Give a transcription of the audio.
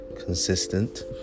consistent